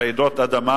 רעידות אדמה,